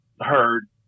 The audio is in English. heard